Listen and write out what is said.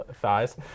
thighs